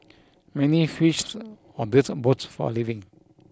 many fished or built boats for a living